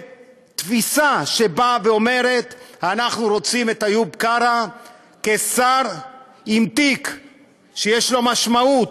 ואם תפיסה שאומרת: אנחנו רוצים את איוב קרא כשר עם תיק שיש לו משמעות,